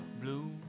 blue